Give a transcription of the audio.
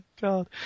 god